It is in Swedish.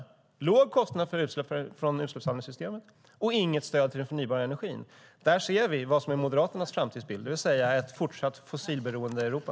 Det blir låg kostnad för utsläpp från utsläppshandelssystemen och inget stöd till den förnybara energi. Där ser vi vad som är Moderaternas framtidsbild, det vill säga ett fortsatt fossilberoende Europa.